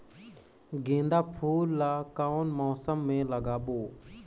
गेंदा फूल ल कौन मौसम मे लगाबो?